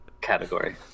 category